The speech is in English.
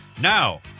Now